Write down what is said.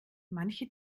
manche